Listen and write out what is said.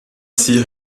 cyr